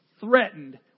threatened